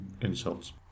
Insults